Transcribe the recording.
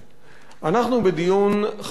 אנחנו בדיון חשוב,